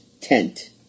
tent